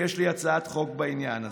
ויש לי הצעת חוק בעניין הזה.